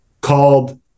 called